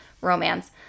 romance